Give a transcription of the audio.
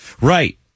right